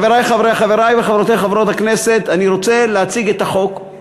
חברי וחברותי חברי הכנסת, אני רוצה להציג את החוק,